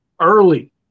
early